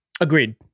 agreed